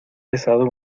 besado